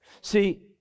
see